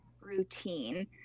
routine